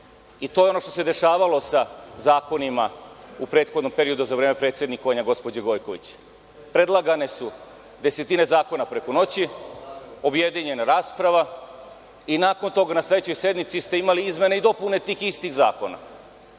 i to je ono što se dešavalo sa zakonima u prethodnom periodu, u vreme predsednikovanja gospođe Gojković. Predlagane su desetine zakona preko noći, objedinjena rasprava i nakon toga, na sledećoj sednici ste imali izmene i dopune tih istih zakona.